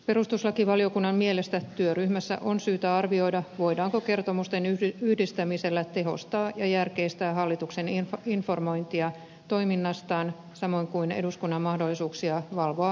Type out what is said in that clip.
perustuslakivaliokunnan mielestä työryhmässä on syytä arvioida voidaanko kertomusten yhdistämisellä tehostaa ja järkeistää hallituksen informointia toiminnastaan samoin kuin eduskunnan mahdollisuuksia valvoa hallituksen toimia